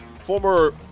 former